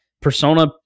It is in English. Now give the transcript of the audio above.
Persona